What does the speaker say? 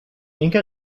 inca